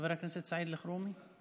חבר הכנסת סעיד אלחרומי.